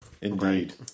Indeed